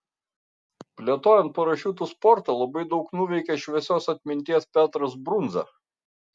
plėtojant parašiutų sportą labai daug nuveikė šviesios atminties petras brundza